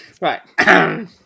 Right